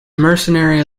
mercenary